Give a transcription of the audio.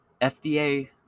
FDA